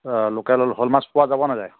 local শ'ল মাছ পোৱা যাব নেযায়